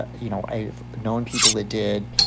ah you know, i've known people that did,